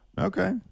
Okay